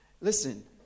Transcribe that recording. listen